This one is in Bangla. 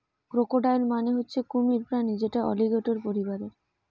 ক্রোকোডাইল মানে হচ্ছে কুমির প্রাণী যেটা অলিগেটের পরিবারের